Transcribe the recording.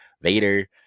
Vader